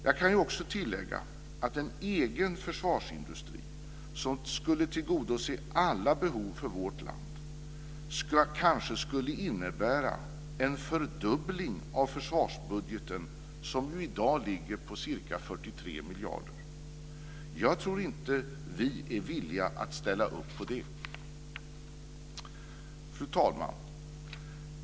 Jag kan tillägga att en egen försvarsindustri som skulle tillgodose alla behov för vårt land kanske skulle innebära en fördubbling av försvarsbudgeten som i dag ligger på ca 43 miljarder. Jag tror inte att vi är villiga att ställa upp på det. Fru talman!